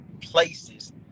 places